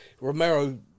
Romero